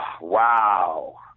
wow